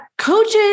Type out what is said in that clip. Coaches